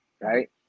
right